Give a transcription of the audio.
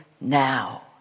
now